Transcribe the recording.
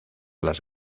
las